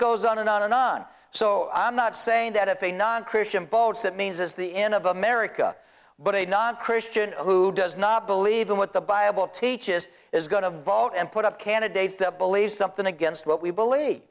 goes on and on and on so i'm not saying that if a non christian votes that means it's the end of america but a non christian who does not believe in what the bible teaches is going to vote and put up candidates that believe something against what we believe